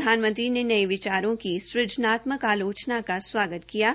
प्रधानमंत्री ने ने विचारों की सृजनात्मक आलोचना का स्वागत किया